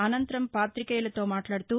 అనంతరం పాతికేయులతో మాట్లాడుతూ